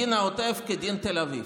דין העוטף כדין תל אביב".